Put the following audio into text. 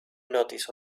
noticed